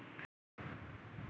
Hybrid করলার বীজ কি পাওয়া যায়?